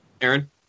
Aaron